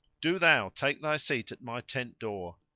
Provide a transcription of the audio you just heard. do thou take thy seat at my tent door,